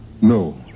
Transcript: No